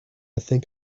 think